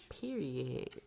Period